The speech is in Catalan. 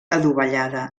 adovellada